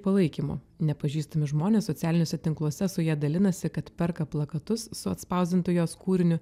palaikymo nepažįstami žmonės socialiniuose tinkluose su ja dalinasi kad perka plakatus su atspausdintu jos kūriniu